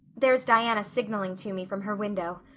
there's diana signaling to me from her window.